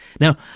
now